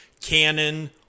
canon